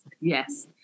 Yes